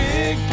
Big